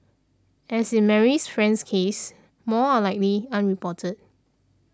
as in Marie's friend's case more are likely unreported